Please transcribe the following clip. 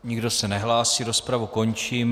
Nikdo se nehlásí, rozpravu končím.